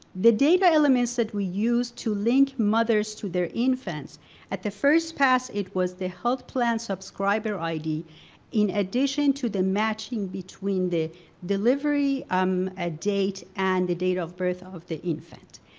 the data elements that we used to link mothers to their infants at the first pass it was the health plan subscriber id in addition to the matching between the delivery um ah date and the date of birth of the infant.